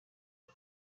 est